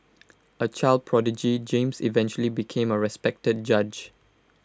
A child prodigy James eventually became A respected judge